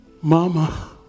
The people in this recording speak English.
Mama